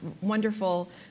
wonderful